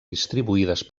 distribuïdes